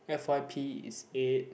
f_y_p is eight